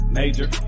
major